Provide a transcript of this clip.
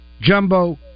jumbo